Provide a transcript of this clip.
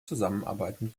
zusammenarbeiten